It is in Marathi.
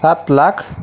सात लाख